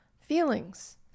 feelings